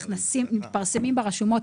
אחר כך מתפרסמים ברשומות,